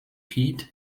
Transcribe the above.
pete